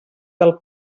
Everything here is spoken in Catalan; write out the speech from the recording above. del